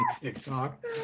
TikTok